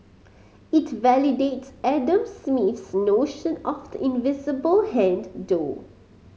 it validates Adam Smith's notion of the invisible hand though